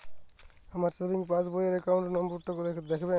আমার সেভিংস পাসবই র অ্যাকাউন্ট নাম্বার টা দেখাবেন?